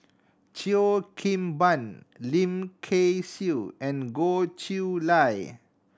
Cheo Kim Ban Lim Kay Siu and Goh Chiew Lye